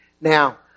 Now